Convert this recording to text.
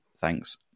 thanks